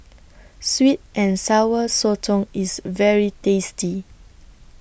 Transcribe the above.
Sweet and Sour Sotong IS very tasty